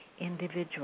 individual